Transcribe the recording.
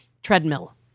Treadmill